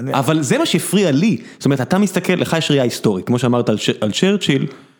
אבל זה מה שהפריע לי, זאת אומרת, אתה מסתכל, לך יש ראייה היסטורית, כמו שאמרת על צ'רצ'יל.